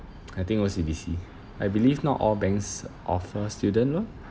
I think O_C_B_C I believe not all banks offer student loan